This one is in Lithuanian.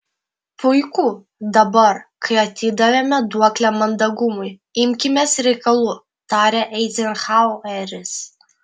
puiku dabar kai atidavėme duoklę mandagumui imkimės reikalų tarė eizenhaueris